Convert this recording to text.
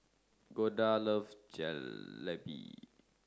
Golda loves Jalebi